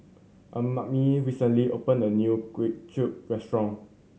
Amani recently opened a new Kway Chap restaurant